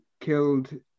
killed